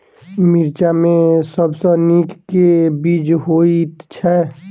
मिर्चा मे सबसँ नीक केँ बीज होइत छै?